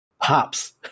Hops